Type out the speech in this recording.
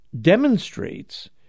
demonstrates